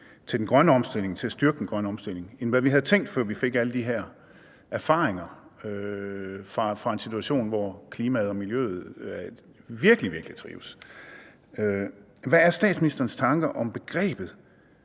for at styrke den grønne omstilling end det, vi tænkte, før vi fik alle de her erfaringer fra en situation, hvor klimaet og miljøet virkelig trives? Hvad er statsministerens tanker om begrebet